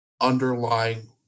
underlying